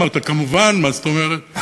אמרתי: כמובן, מה זאת אומרת?